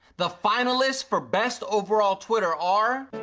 the finalists for best overall twitter are